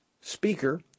speaker